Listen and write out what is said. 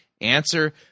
Answer